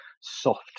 soft